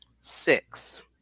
six